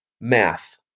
math